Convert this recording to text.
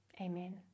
amen